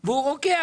הוא רוקח,